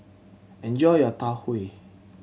enjoy your Tau Huay